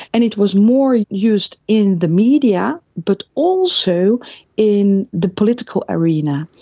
and it was more used in the media, but also in the political arena.